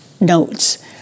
notes